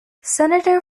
senator